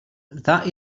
that